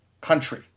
country